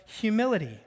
humility